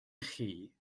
chi